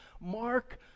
Mark